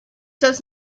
does